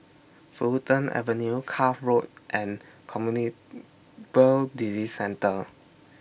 Fulton Avenue Cuff Road and Communicable Disease Centre